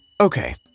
Okay